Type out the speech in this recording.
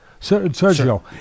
sergio